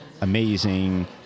amazing